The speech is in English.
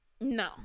No